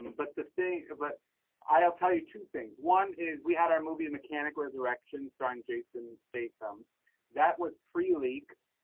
but the thing. but i'll tell you two things. one is we had our movie and mechanical resurrections during jason state that was pre leaked